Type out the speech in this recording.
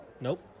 Nope